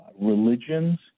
religions